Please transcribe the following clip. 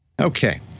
Okay